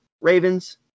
Ravens